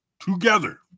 together